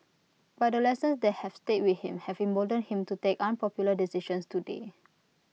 but the lessons that have stayed with him have emboldened him to take unpopular decisions today